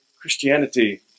Christianity